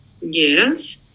Yes